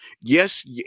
Yes